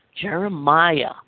Jeremiah